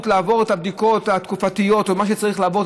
לעבור את הבדיקות התקופתיות או מה שצריך לעבור,